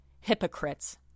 hypocrites